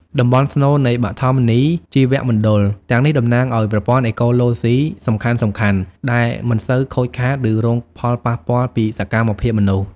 តំបន់ស្នូលនៃបឋនីយជីវមណ្ឌល ទាំងនេះតំណាងឱ្យប្រព័ន្ធអេកូឡូស៊ីសំខាន់ៗ ដែលមិនសូវខូចខាត ឬរងផលប៉ះពាល់ពីសកម្មភាពមនុស្ស។